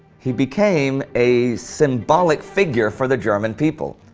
he became a symbolic figure for the german people.